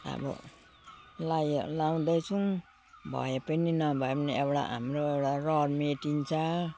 अब लगाए लाउँदैछौँ भए पनि नभए पनि एउटा हाम्रो एउटा रहर मेटिन्छ